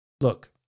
look